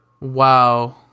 Wow